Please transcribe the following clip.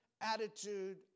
attitude